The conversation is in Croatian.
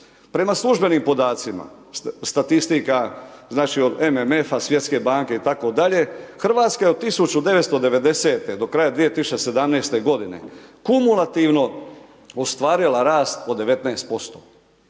Prema službenim podacima, statistika znači od MMF-a, Svjetske banke itd. Hrvatska je od 1990, do kraja 2017. kumulativno ostvarila rast od 19%.